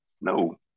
No